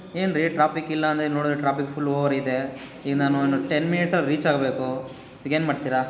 ಏನು ರೀ ಟ್ರಾಪಿಕ್ ಇಲ್ಲಾಂದ್ರಿ ನೋಡಿದ್ರೆ ಟ್ರಾಪಿಕ್ ಫುಲ್ ಓವರಿದೆ ಈಗ ನಾನು ಒಂದು ಟೆನ್ ಮಿನಿಟ್ಸಲ್ಲಿ ರೀಚಾಗಬೇಕು ಈಗೇನು ಮಾಡ್ತಿರಾ